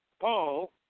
Paul